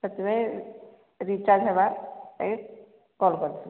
ସେଥିପାଇଁ ହେବା ପାଇଁ କଲ୍ କରିଥିଲି